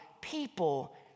people